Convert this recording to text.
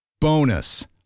Bonus